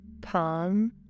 palm